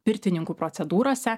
pirtininkų procedūrose